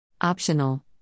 Optional